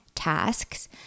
tasks